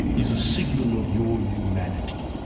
is a signal of your humanity.